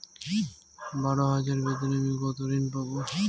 বারো হাজার বেতনে আমি কত ঋন পাব?